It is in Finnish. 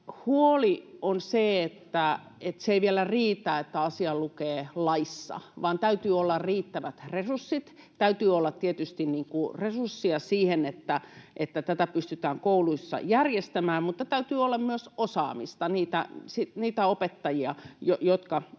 huolena on se, että ei vielä riitä, että asia lukee laissa, vaan täytyy olla riittävät resurssit. Täytyy olla tietysti resurssia siihen, että tätä pystytään kouluissa järjestämään, mutta täytyy olla myös osaamista, niitä opettajia, jotka